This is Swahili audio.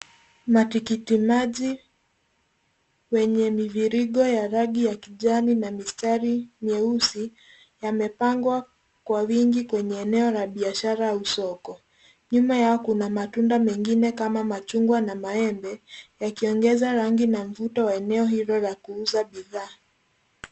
Matikiti maji, wenye mivirigo ya rangi ya kijani na mistari nyeusi, yamepangwa kwa wingi kwenye eneo la biashara au soko. Nyuma yao kuna matunda mengine kama machungwa na maembe, yakiongeza rangi na mvuto wa eneo hilo la kuuza bidhaa.